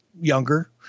younger